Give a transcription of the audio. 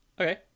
Okay